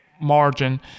margin